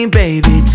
baby